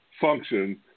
function